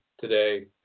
today